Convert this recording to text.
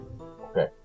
Okay